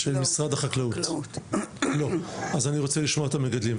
לא, אז אני רוצה לשמוע את מגדלים.